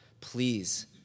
please